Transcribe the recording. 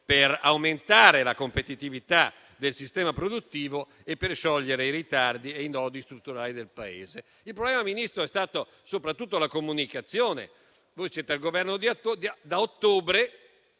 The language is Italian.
per aumentare la competitività del sistema produttivo e per sciogliere i ritardi e i nodi strutturali del Paese. Il problema, ministro, ha riguardato soprattutto la comunicazione: voi siete al Governo da ottobre